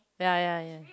ya ya ya